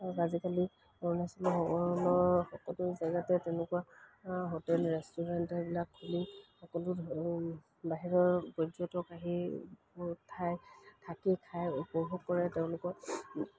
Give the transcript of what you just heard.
আৰু আজিকালি অৰুণাচলৰ সকলো জেগাতে তেনেকুৱা হোটেল ৰেষ্টুৰেণ্টেবিলাক খুলি সকলো বাহিৰৰ পৰ্যটক আহি ঠাই থাকি খাই উপভোগ কৰে তেওঁলোকৰ